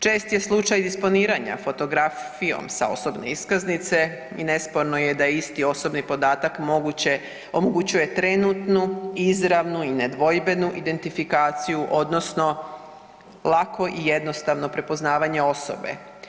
Čest je slučaj disponiranja fotografijom sa osobne iskaznice i nesporno je da isti osobni podataka moguće, omogućuje trenutnu, izravnu i nedvojbenu identifikaciju odnosno lako i jednostavno prepoznavanje osobe.